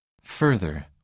Further